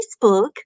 Facebook